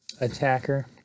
attacker